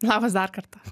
labas dar kartą